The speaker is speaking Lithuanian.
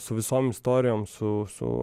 su visom istorijom su su